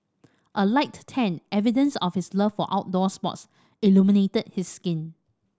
a light tan evidence of his love for outdoor sports illuminated his skin